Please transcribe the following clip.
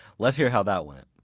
let's hear how that went.